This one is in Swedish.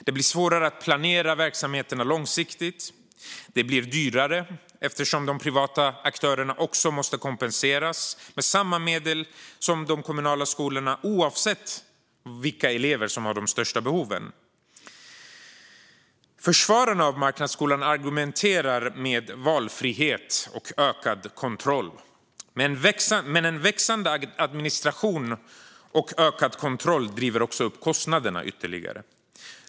Det blir svårare att planera verksamheterna långsiktigt. Det blir dyrare, eftersom de privata aktörerna måste kompenseras med samma medel som de kommunala skolorna oavsett vilka elever som har de största behoven. Försvararna av marknadsskolan argumenterar med valfrihet och ökad kontroll. Men en växande administration och ökad kontroll driver också upp kostnaderna ytterligare.